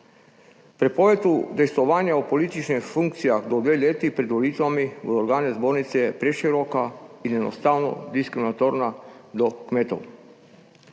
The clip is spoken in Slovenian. Prepoved udejstvovanja v političnih funkcijah do dve leti pred volitvami v organe Zbornice je preširoka in enostavno diskriminatorna do kmetov.